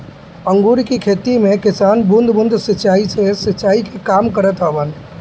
अंगूर के खेती में किसान बूंद बूंद सिंचाई से सिंचाई के काम करत हवन